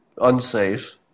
unsafe